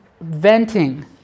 venting